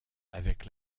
avec